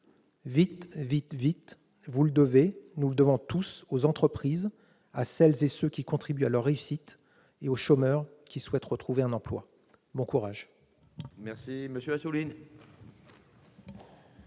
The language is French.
Vite, vite, vite : vous le devez, nous le devons aux entreprises, à celles et à ceux qui contribuent à leur réussite, ainsi qu'aux chômeurs qui souhaitent retrouver un emploi. Bon courage